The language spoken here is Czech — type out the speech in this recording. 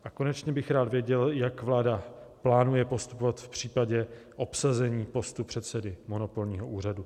A konečně bych rád věděl, jak vláda plánuje postupovat v případě obsazení postu předsedy monopolního úřadu.